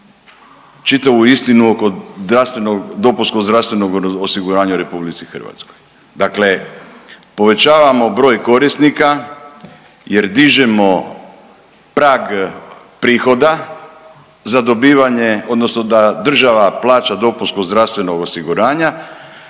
zdravstvenog, dopunskog zdravstvenog osiguranja u RH. Dakle povećavamo broj korisnika jer dižemo prag prihoda za dobivanje, odnosno da država plaća dopunsko zdravstveno osiguranja.